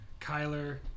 Kyler